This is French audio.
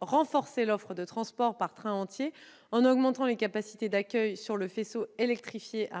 renforcer l'offre de transport par trains entiers en augmentant les capacités d'accueil sur le faisceau électrifié à